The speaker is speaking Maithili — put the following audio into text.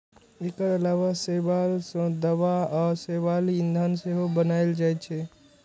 एकर अलावा शैवाल सं दवा आ शैवाल ईंधन सेहो बनाएल जाइ छै